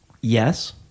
yes